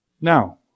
Now